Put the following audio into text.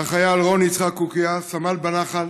החייל רון יצחק קוקיא, סמל בנח"ל,